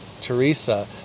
Teresa